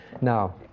Now